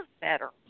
better